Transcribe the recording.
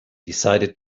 decided